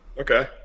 Okay